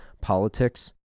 politics